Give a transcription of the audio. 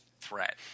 threat